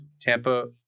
tampa